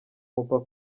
mupaka